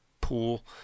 pool